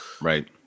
right